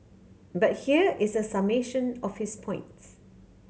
but here is a summation of his points